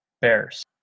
Bears